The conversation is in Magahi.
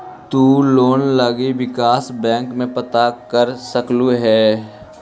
तु लोन लागी विकास बैंक में पता कर सकलहुं हे